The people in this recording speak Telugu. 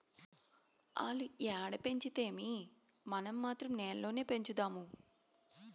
ఆల్లు ఏడ పెంచితేమీ, మనం మాత్రం నేల్లోనే పెంచుదాము